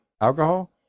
alcohol